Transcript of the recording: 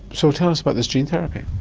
so tell us about this gene therapy.